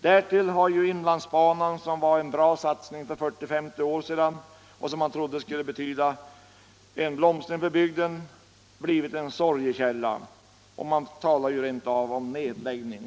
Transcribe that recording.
Därtill har inlandsbanan, som var en bra satsning för 40-50 år sedan och som man trodde skulle betyda en blomstring för bygden, blivit en sorgekälla. Man talar rent av om nedläggning.